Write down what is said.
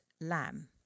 lamb